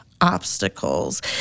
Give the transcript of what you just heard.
obstacles